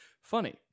funny